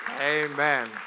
Amen